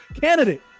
candidate